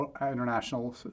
international